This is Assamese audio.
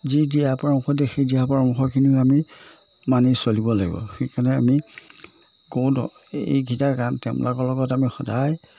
যি দিহা পৰামৰ্শ দিয়ে সেই দিহা পৰামৰ্শখিনিও আমি মানি চলিব লাগিব সেইকাৰণে আমি কওঁতো এইকেইটা কাম তেওঁবিলাকৰ লগত আমি সদায়